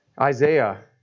isaiah